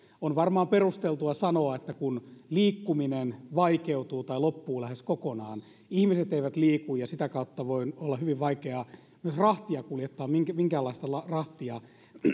on varmaan perusteltua sanoa että kun liikkuminen vaikeutuu tai loppuu lähes kokonaan ihmiset eivät liiku ja sitä kautta voi olla hyvin vaikeaa myös rahtia kuljettaa minkäänlaista rahtia